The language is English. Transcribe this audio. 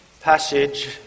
passage